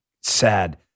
sad